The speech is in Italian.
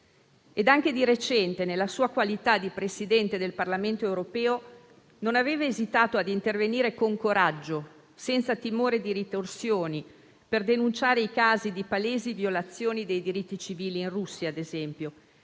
Anche di recente, nella sua qualità di Presidente del Parlamento europeo, non aveva esitato ad intervenire con coraggio, senza timore di ritorsioni, per denunciare i casi di palesi violazioni dei diritti civili in Russia, ad esempio;